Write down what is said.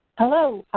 hello.